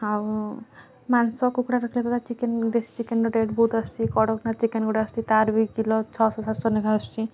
ଆଉ ମାଂସ କୁକୁଡ଼ା ରଖିଲେ ତ ଚିକେନ ଦେଶୀ ଚିକେନର ରେଟ୍ ବହୁତ ଆସୁଛି କଡ଼କନାଥ ଚିକେନ ଗୋଟେ ଆସୁଛି ତାର ବି କିଲ ଛଅଶହ ସାତଶହ ନେଖା ଆସୁଛି